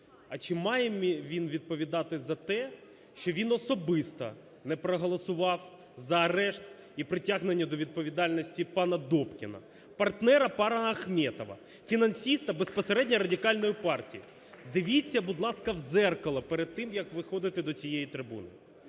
А чи має він відповідати за те, що він особисто не проголосував за арешт і притягнення до відповідальності пана Добкіна, партнера пана Ахметова, фінансиста безпосередньо Радикальної партії. Дивіться, будь ласка, в дзеркало перед тим як виходити до цієї трибуни.